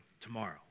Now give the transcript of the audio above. tomorrow